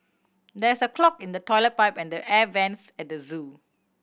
there is a clog in the toilet pipe and the air vents at the zoo